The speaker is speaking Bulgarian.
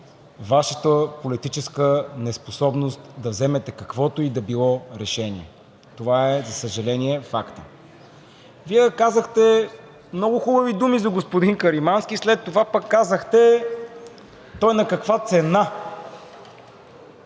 Вашата политическа неспособност да вземете каквото и да било решение. Това е, за съжаление, факт. Вие казахте много хубави думи за господин Каримански, след това пък казахте: той на каква цена?